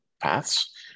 paths